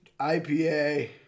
IPA